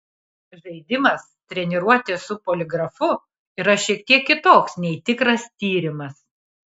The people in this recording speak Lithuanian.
žaidimas treniruotė su poligrafu yra šiek tiek kitoks nei tikras tyrimas